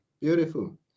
Beautiful